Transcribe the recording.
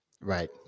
Right